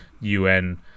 UN